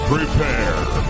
Prepare